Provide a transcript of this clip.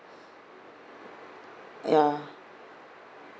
ya